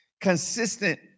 Consistent